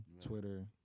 Twitter